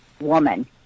woman